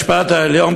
בית-המשפט העליון,